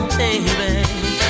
baby